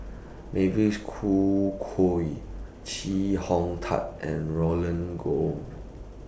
Mavis Khoo Chee Hong Tat and Roland Goh